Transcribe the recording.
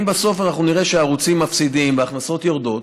אם בסוף אנחנו נראה שהערוצים מפסידים וההכנסות יורדות,